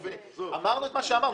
אמרנו את מה שאמרנו.